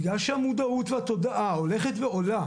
בגלל שהמודעות והתודעה הולכת ועולה,